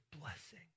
blessing